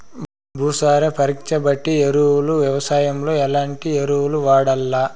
భూసార పరీక్ష బట్టి ఎరువులు వ్యవసాయంలో ఎట్లాంటి ఎరువులు వాడల్ల?